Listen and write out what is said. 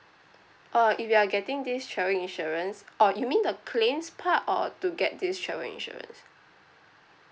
uh if you are getting this travel insurance oh you mean the claims part or to get this travel insurance